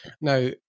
Now